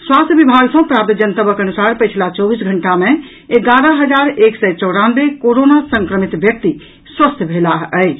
स्वास्थ्य विभाग सँ प्राप्त जनतबक अनुसार पछिला चौबीस घंटा मे एगारह हजार एक सय चौरानवें कोरोना संक्रमित व्यक्ति स्वस्थ भेलाह अछि